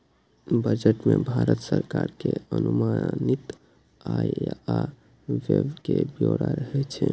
budget मे भारत सरकार के अनुमानित आय आ व्यय के ब्यौरा रहै छै